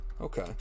okay